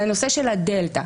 הנושא של הדלתא,